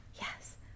yes